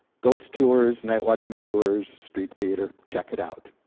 ghost tours, night watchman tours, street theater, check it out.